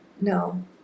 no